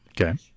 Okay